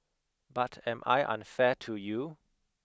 but am I unfair to you